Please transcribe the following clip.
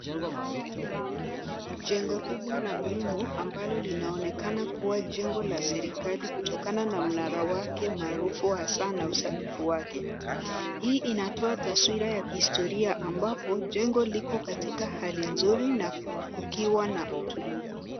Mjengo kubwa na muhimu, ambalo linaonekana kuwa jengo la serikali kutokana na mnara wake maarufu wa saa na usanifu wake. Hii inatoa taswira ya kihistoria ambapo, jengo liko katika hali nzuri, na kukiwa na utulivu.